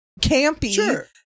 campy